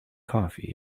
coffee